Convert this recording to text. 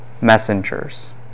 messengers